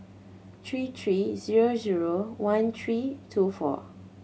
three three zero zero one three two four